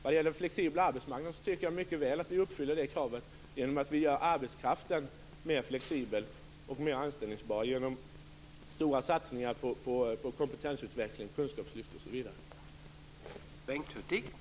Vad gäller en flexibel arbetsmarknad tycker jag att vi mycket väl uppfyller det kravet genom att göra arbetskraften mer flexibel och mer anställningsbar genom stora satsningar på kompetensutveckling, kunskapslyft osv.